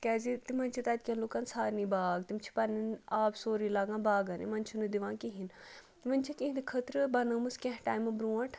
کیٛازِ تِمَن چھِ تَتہِ کٮ۪ن لُکَن سارنی باغ تِم چھِ پنٛن۪ن آب سورُے لاگان باغَن یِمَن چھُنہٕ دِوان کِہیٖنۍ وۄنۍ چھِکھ یِہٕنٛدِ خٲطرٕ بَنٲومٕژ کینٛہہ ٹایمہٕ برٛونٛٹھ